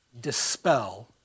dispel